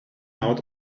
out